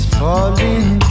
falling